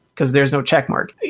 because there is no checkmark.